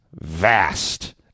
vast